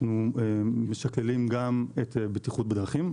אנחנו משכללים גם את הבטיחות בדרכים.